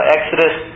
Exodus